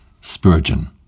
Spurgeon